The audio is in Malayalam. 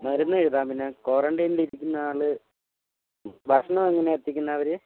മരുന്നെഴുതാം പിന്നെ ക്വാറന്റൈനിൽ ഇരിക്കുന്ന ആൾ ഭക്ഷണം എങ്ങനെയാ എത്തിക്കുന്നത് അവർ